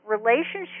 relationship